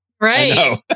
Right